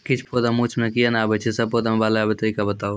किछ पौधा मे मूँछ किये नै आबै छै, सभे पौधा मे बाल आबे तरीका बताऊ?